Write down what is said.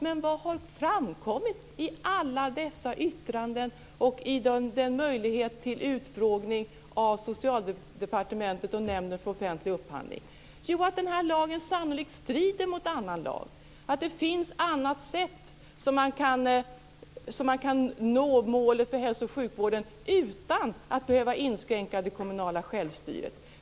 Men vad har framkommit i alla dessa yttranden och i samband med den möjlighet vi fick till utfrågning av Socialdepartementet och Nämnden för offentlig upphandling? Jo, att den här lagen sannolikt strider mot annan lag och att det finns andra sätt som man kan nå målet i hälsooch sjukvården på utan att behöva inskränka det kommunala självstyret.